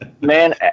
man